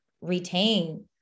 retain